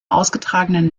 ausgetragenen